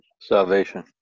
salvation